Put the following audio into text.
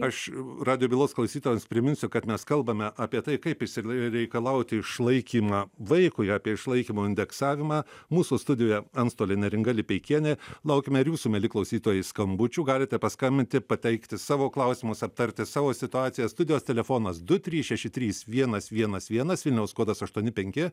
aš radijo bylos klausytojams priminsiu kad mes kalbame apie tai kaip išsireikalauti išlaikymą vaikui apie išlaikymo indeksavimą mūsų studioje antstolė neringa lipeikienė laukiame ir jūsų mieli klausytojai skambučių galite paskambinti pateikti savo klausimus aptarti savo situaciją studijos telefonas du trys šeši trys vienas vienas vienas vilniaus kodas aštuoni penki